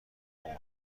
مامان